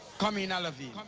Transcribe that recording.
come in, olivine.